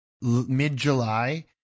mid-July